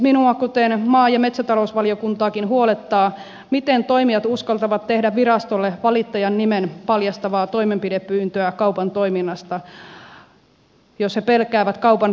minua kuten maa ja metsätalousvaliokuntaakin huolettaa miten toimijat uskaltavat tehdä virastolle valittajan nimen paljastavaa toimenpidepyyntöä kaupan toiminnasta jos he pelkäävät kaupan rankaisevan toimijaa